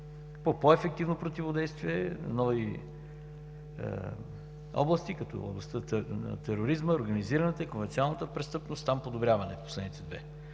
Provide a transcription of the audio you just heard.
по-ефективно противодействие, но и области като областта на тероризма, организираната и конвенционалната престъпност – в последните две